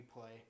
play